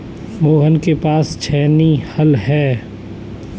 मोहन के पास छेनी हल है